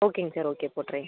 ஓகேங்க sir okay போட்டுறேன்